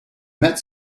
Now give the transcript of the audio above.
met